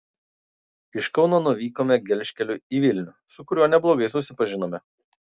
iš kauno nuvykome gelžkeliu į vilnių su kuriuo neblogai susipažinome